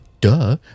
duh